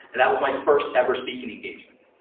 and that was my first ever speaking engagement.